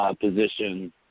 position